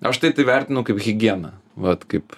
aš tai tai vertinu kaip higieną vat kaip